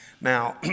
Now